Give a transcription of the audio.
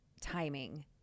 timing